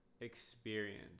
experience